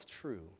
true